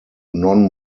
non